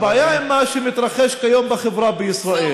הבעיה עם מה שמתרחש כיום בחברה בישראל,